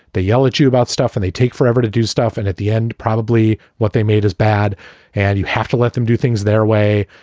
they yell at you about stuff and they take forever to do stuff. and at the end, probably what they made is bad and you have to let them do things their way.